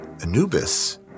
Anubis